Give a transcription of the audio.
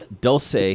dulce